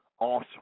awesome